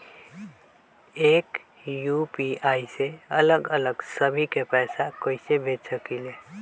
एक यू.पी.आई से अलग अलग सभी के पैसा कईसे भेज सकीले?